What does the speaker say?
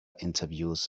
interviews